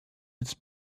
its